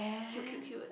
cute cute cute